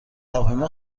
هواپیما